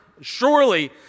Surely